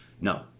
No